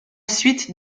suite